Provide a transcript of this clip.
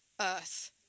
earth